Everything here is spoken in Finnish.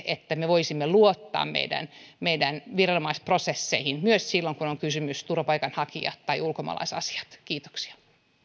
niin että me voisimme luottaa meidän meidän viranomaisprosesseihin myös silloin kun on kysymys turvapaikanhakija tai ulkomaalaisasioista kiitoksia